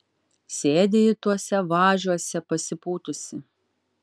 sėdi ji tuose važiuose pasipūtusi